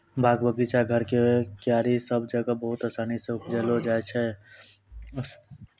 बाग, बगीचा, घर के क्यारी सब जगह बहुत आसानी सॅ उपजैलो जाय ल सकै छो रामतिल